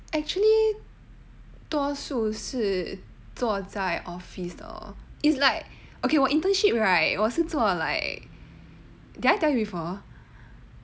actually 多数是坐在 office though it's like okay 我 internship right 我是做 like did I tell you before